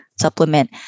Supplement